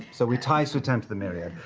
so we tie sutan to the myriad,